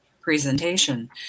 presentation